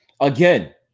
Again